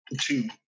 two